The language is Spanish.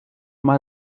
más